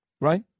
Right